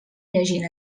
llegint